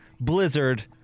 blizzard